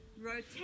rotate